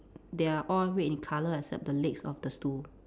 they are all red in colour except the legs of the stool